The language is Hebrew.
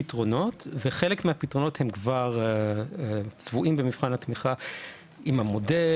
יש פתרונות וחלק מהפתרונות הם כבר צבועים במבחן התמיכה עם המודל,